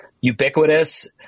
ubiquitous